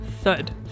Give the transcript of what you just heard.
thud